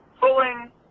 pulling